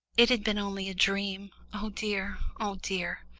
it had been only a dream oh dear, oh dear!